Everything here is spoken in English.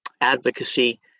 advocacy